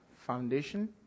Foundation